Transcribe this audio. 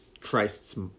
Christ's